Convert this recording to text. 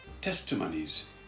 testimonies